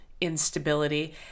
instability